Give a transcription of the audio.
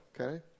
okay